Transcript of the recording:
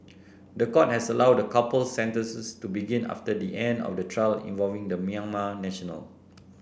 the court has allowed the couple's sentences to begin after the end of the trial involving the Myanmar national